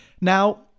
Now